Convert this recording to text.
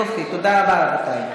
יופי, תודה רבה, רבותי.